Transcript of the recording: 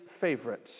favorites